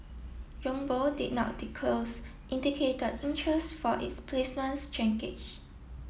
did not disclose indicated interest for its placements